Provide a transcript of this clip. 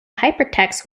hypertext